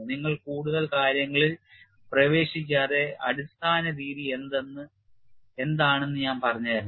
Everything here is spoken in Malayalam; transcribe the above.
നിങ്ങൾ കൂടുതൽ കാര്യങ്ങളിൽ പ്രവേശിക്കാതെ അടിസ്ഥാന രീതി എന്താണ് ഞാൻ പറഞ്ഞു തരാം